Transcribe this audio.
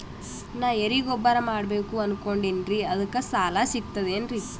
ನಾ ಎರಿಗೊಬ್ಬರ ಮಾಡಬೇಕು ಅನಕೊಂಡಿನ್ರಿ ಅದಕ ಸಾಲಾ ಸಿಗ್ತದೇನ್ರಿ?